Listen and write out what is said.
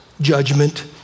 judgment